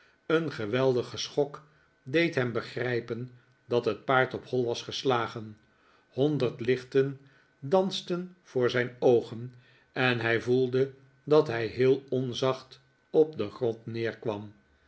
een geweldige schok deed hem begrijpen dat het paard op hoi was geslagen honderd lichten dansten voor zijn oogen en hij voelde dat hij heel onzacht op den grond neerkwam